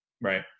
right